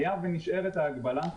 היה ונשארת ההגבלה,